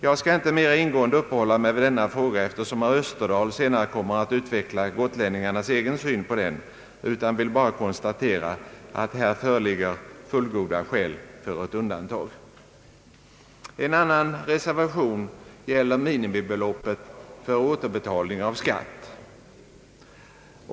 Jag skall inte mera ingående uppehålla mig vid denna fråga, eftersom herr Österdahl senare kommer att utveckla gotlänningarnas egen syn på den, utan vill bara konstatera att här föreligger fullgoda skäl för ett undantag. En annan reservation gäller minimibeloppet för återbetalning av skatt.